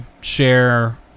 share